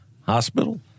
Hospital